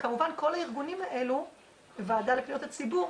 כמובן כל הארגונים האלה והוועדה לפניות הציבור,